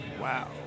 Wow